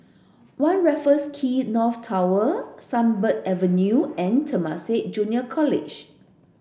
One Raffles Quay North Tower Sunbird Avenue and Temasek Junior College